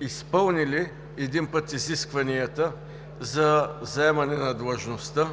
изпълнили един път изискванията за заемане на длъжността,